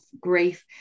grief